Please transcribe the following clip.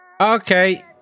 Okay